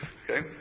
okay